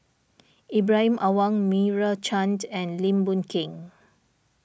Ibrahim Awang Meira Chand and Lim Boon Keng